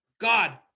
God